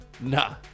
nah